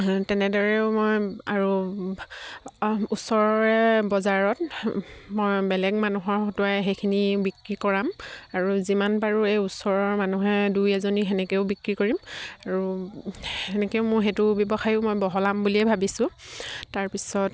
তেনেদৰেও মই আৰু ওচৰৰে বজাৰত মই বেলেগ মানুহৰ হটোৱাই সেইখিনি বিক্ৰী কৰাাম আৰু যিমান পাৰোঁ এই ওচৰৰ মানুহে দুই এজনী সেনেকেও বিক্ৰী কৰিম আৰু সেনেকেও মোৰ সেইটো ব্যৱসায়ো মই বহলাম বুলিয়ে ভাবিছোঁ তাৰপিছত